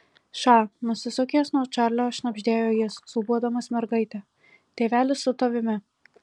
ša nusisukęs nuo čarlio šnabždėjo jis sūpuodamas mergaitę tėvelis su tavimi